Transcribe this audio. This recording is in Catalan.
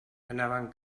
anaven